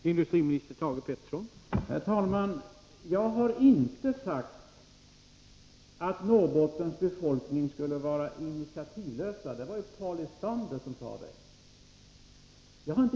Herr talman! Jag har inte sagt att Norrbottens befolkning är initiativlös, det var Paul Lestander som sade detta.